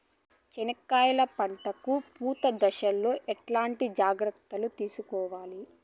చెనక్కాయలు పంట కు పూత దశలో ఎట్లాంటి జాగ్రత్తలు తీసుకోవాలి?